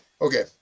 okay